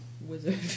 wizard